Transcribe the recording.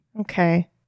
Okay